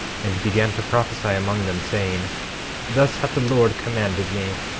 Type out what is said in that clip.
and began to prophesy among them, saying thus has the lord commanded me,